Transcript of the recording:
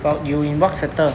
but you you what sector